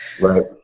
Right